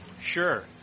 Sure